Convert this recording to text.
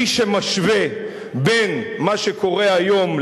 מי שמשווה בין מה שקורה היום,